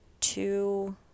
two